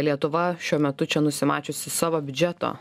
lietuva šiuo metu čia nusimačiusi savo biudžeto